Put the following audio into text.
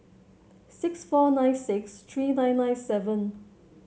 six four nine six three nine nine seven